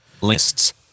Lists